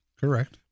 Correct